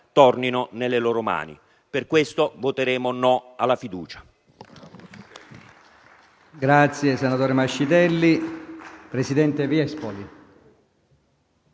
torni nelle loro mani. Per questo voteremo no alla fiducia.